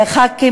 חברי הכנסת,